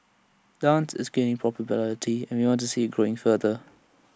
dance is gaining popularity and we want to see IT growing further